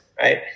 Right